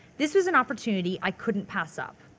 this was an opportunity i couldn't pass up.